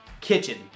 Kitchen